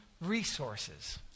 resources